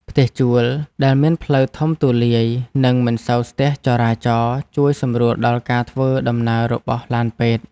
ផ្ទះជួលដែលមានផ្លូវធំទូលាយនិងមិនសូវស្ទះចរាចរណ៍ជួយសម្រួលដល់ការធ្វើដំណើររបស់ឡានពេទ្យ។